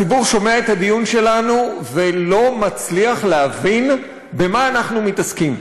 הציבור שומע את הדיון שלנו ולא מצליח להבין במה אנחנו מתעסקים.